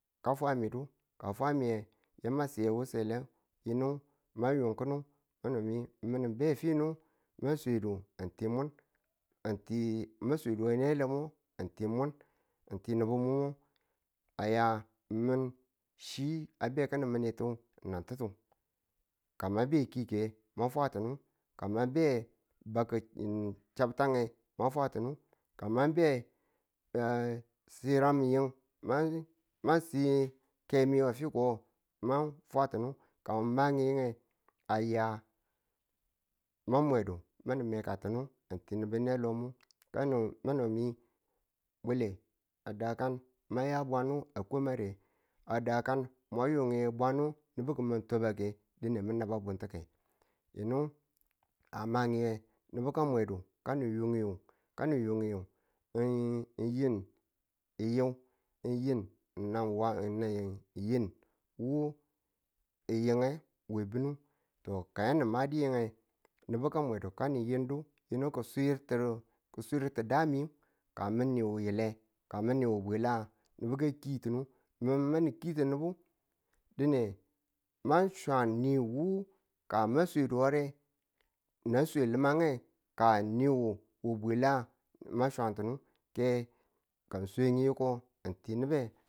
ka fwami du ka a fwami nge yama si nge wu sale ka a fwa mi nge yinu mwa yun ki̱nu kano mi mi̱n ng be fino ma swedu ng ti mwun ma swedu we nelo ng ti mwan ng ti nubu mun aya mịn chi a be ki̱nin min nan tutu ka ma be ki̱ke mafwa tunu ka ma be bakku chabtuta nge mafwa tunu ka ma be sirange ma si kemi we fiko ma si kemi we fiko ma fwa tuni ka ng ma ng yin nge a ya ma mwe du ma mekatunu ng ti nubu nelomu manu mi bwale a dakan ma ya bwanu a kwamare a dakan mwa yung yi bwane nubu ki̱ ma twabake dine mi̱n nabu buntuke yinu a ma yinge nubu ka mwe du kani̱n yungyu yi yu yin nan yi wo yinge we bi̱ni ka yani madiyinge nubu ka mwedu ka ning yindu ki̱ si to dami ka mi̱n ni wile ka mi̱n ni wubwila ng nubu ka kiyi tunu mi̱n manin ki ti nubu ma swan wu ka ma swedu ware na swe li̱mange ka ni wu wi bwila mwa swantunu ke ka ng swyiko ng ti nibe.